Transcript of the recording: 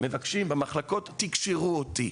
מבקשים במחלקות שיקשרו אותם.